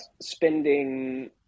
spending